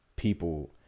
people